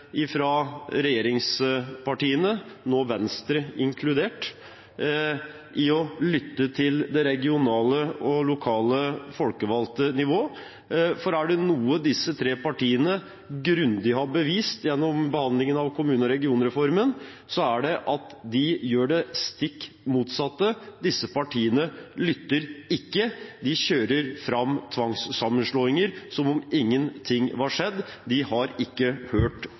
lytte til det regionale og lokale folkevalgte nivået, for er det noe disse tre partiene grundig har bevist gjennom behandlingen av kommune- og regionreformen, er det at de gjør det stikk motsatte. Disse partiene lytter ikke. De kjører fram tvangssammenslåinger som om ingenting har skjedd. De har ikke hørt